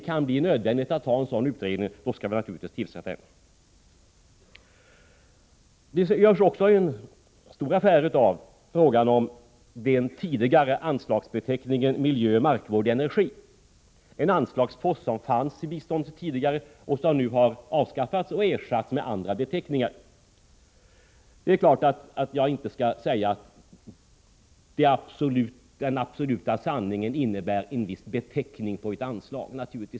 När det blir nödvändigt med en utredning skall vi naturligtvis tillsätta en. Det görs också stor affär av frågan om den tidigare anslagsbeteckningen Miljö, markvård, energi. Anslagsposten fanns alltså tidigare, men har nu ersatts med andra beteckningar. Det är klart att jag inte kan säga att den absoluta sanningen ligger i en viss beteckning på ett anslag.